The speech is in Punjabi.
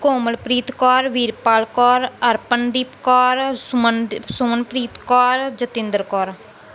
ਕੋਮਲਪ੍ਰੀਤ ਕੌਰ ਵੀਰਪਾਲ ਕੌਰ ਅਰਪਣਦੀਪ ਕੌਰ ਸੁਮਨ ਦੀ ਸੁਮਨਪ੍ਰੀਤ ਕੌਰ ਜਤਿੰਦਰ ਕੌਰ